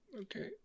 Okay